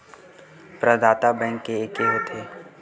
प्रदाता बैंक के एके होथे?